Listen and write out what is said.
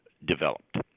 developed